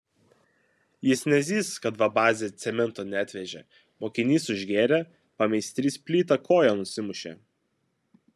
jis nezys kad va bazė cemento neatvežė mokinys užgėrė pameistrys plyta koją nusimušė